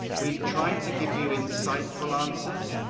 we've tried to give you insightful answers,